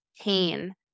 pain